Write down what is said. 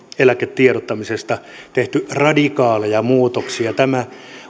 eläketiedottamisessa tehty radikaaleja muutoksia tämä